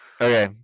Okay